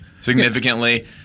significantly